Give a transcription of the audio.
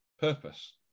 purpose